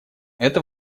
это